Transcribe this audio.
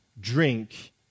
drink